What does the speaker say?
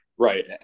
Right